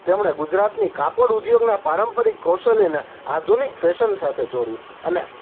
તેમણે ગુજરાતની કાપડ ઉદ્યોગના પારંપરિક કૌશલ્યને આધુનિક ફેશન સાથે જોડ્યું અને